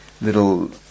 little